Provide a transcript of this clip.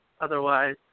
Otherwise